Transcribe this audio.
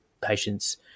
patients